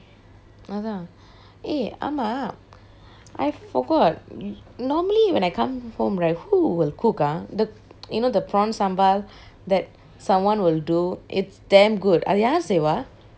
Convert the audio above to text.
அதான்:athaan eh ஆமா:aama I forgot normally when I come home right who will cook ah the you know the prawn sambal that someone will do it's damn good அது யாரு செய்வா:athu yaaru seiva